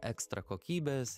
ekstra kokybės